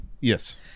Yes